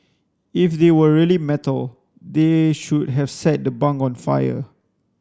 if they were really metal they should have set the bunk on fire